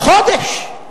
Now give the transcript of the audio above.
חודש.